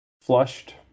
flushed